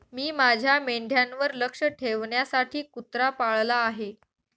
मी माझ्या मेंढ्यांवर लक्ष ठेवण्यासाठी कुत्रा पाळला आहे